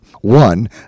one